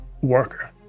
worker